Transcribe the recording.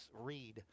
read